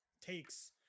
takes